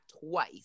twice